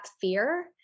fear